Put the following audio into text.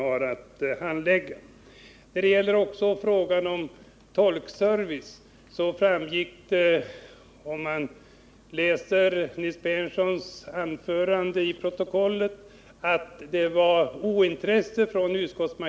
När det sedan gäller frågan om tolkservice framhöll Nils Berndtson — det kommer att framgå av protokollet — att det förelåg ointresse från utskottets sida.